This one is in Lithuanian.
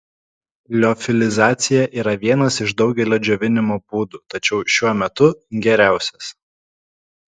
liofilizacija yra vienas iš daugelio džiovinimo būdų tačiau šiuo metu geriausias